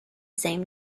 same